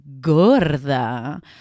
gorda